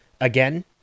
again